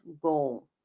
goal